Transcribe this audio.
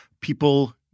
people